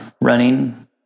running